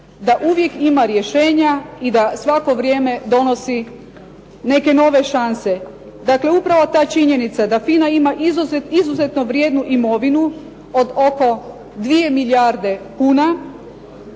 da uvijek ima rješenja i da svako vrijeme donosi neke nove šanse. Dakle, upravo ta činjenica da FINA ima izuzetno vrijednu imovinu od oko 2 milijarde kuna,